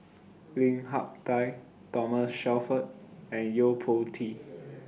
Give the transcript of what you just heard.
Lim Hak Tai Thomas Shelford and Yo Po Tee